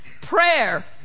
Prayer